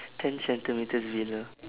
ten centimetres below